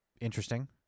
interesting